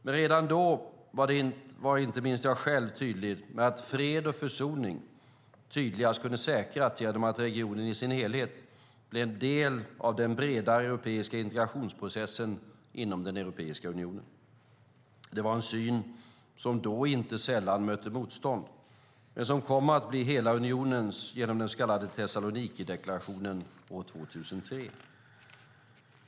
Men redan då var inte minst jag själv tydlig med att fred och försoning tydligast kunde säkras genom att regionen i sin helhet blev del av den bredare europeiska integrationsprocessen inom Europeiska unionen. Det var en syn som då inte sällan mötte motstånd men som kom att bli hela unionens genom den så kallade Thessalonikideklarationen 2003.